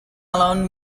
alone